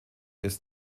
ist